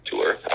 tour